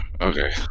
Okay